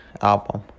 album